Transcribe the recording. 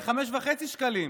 ל-5.5 שקלים.